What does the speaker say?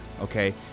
Okay